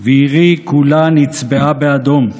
ועירי כולה נצבעה באדום,